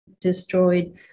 destroyed